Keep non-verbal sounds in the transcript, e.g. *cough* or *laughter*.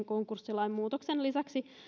*unintelligible* konkurssilain väliaikaisen muutoksen lisäksi